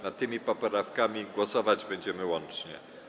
Nad tymi poprawkami głosować będziemy łącznie.